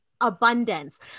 abundance